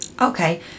Okay